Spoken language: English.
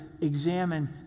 examine